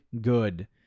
good